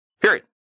period